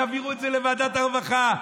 יעבירו את זה לוועדת הרווחה,